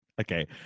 Okay